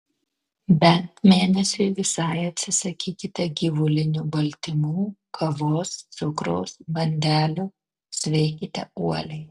bent mėnesiui visai atsisakykite gyvulinių baltymų kavos cukraus bandelių sveikite uoliai